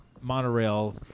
monorail